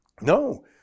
no